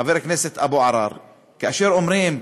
חבר הכנסת אבו עראר, כאשר אומרים: